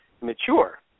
mature